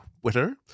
twitter